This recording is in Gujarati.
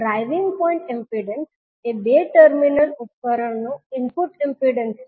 ડ્રાઇવિંગ પોઇન્ટ ઇમ્પિડન્સ એ બે ટર્મિનલ ઉપકરણ નો ઇનપુટ ઇમ્પિડન્સ છે